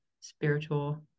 spiritual